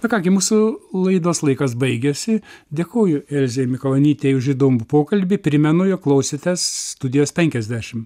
na ką gi mūsų laidos laikas baigiasi dėkoju elzei mikalonytei už įdomų pokalbį primenu jog klausysitės studijos penkiasdešimt